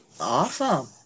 Awesome